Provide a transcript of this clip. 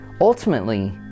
ultimately